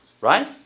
Right